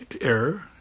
error